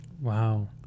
Wow